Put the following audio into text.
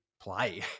play